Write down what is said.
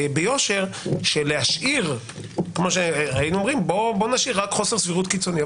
ביושר, שלהשאיר רק חוסר סבירות קיצוני.